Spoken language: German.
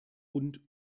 und